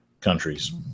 countries